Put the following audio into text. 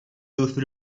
those